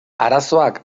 arazoak